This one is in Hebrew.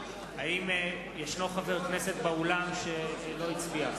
האם יש חבר כנסת באולם שלא הצביע?